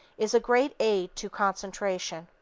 is a great aid to concentration.